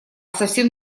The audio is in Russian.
совсем